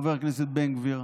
חבר הכנסת בן גביר?